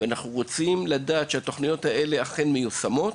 ואנחנו רוצים לדעת שהתוכניות אכן מיושמות,